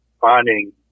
finding